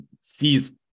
sees